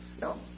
No